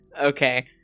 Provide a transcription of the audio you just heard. Okay